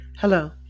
Hello